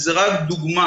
וזו רק דוגמה.